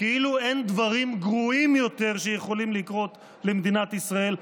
כאילו אין דברים גרועים יותר שיכולים לקרות למדינת ישראל,